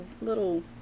little